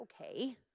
okay